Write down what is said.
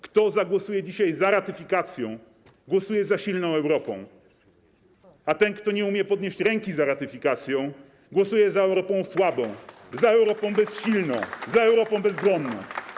Kto zagłosuje dzisiaj za ratyfikacją, głosuje za silną Europą, a ten, kto nie umie podnieść ręki za ratyfikacją, głosuje za Europą słabą, za Europą bezsilną, za Europą bezbronną.